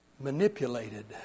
Manipulated